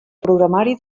programari